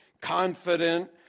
confident